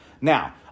Now